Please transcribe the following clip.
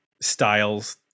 styles